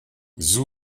zhu